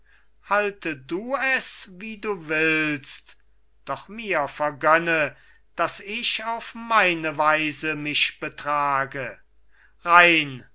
halte du es wie du willst doch mir vergönne daß ich auf meine weise mich betrage rein